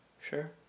sure